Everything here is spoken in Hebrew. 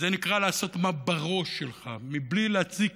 זה נקרא לעשות מה בראש שלך, בלי להציק